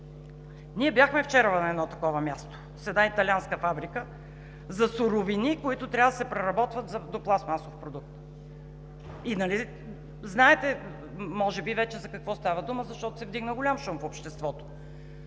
ние бяхме на едно такова място с една италианска фабрика за суровини, които трябва да се преработват до пластмасов продукт. Може би вече знаете за какво става дума, защото се вдигна голям шум в обществото.